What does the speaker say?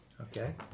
Okay